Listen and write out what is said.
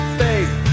faith